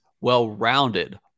well-rounded